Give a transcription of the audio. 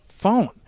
phone